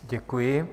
Děkuji.